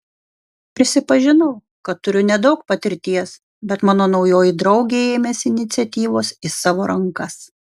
prisipažinau kad turiu nedaug patirties bet mano naujoji draugė ėmėsi iniciatyvos į savo rankas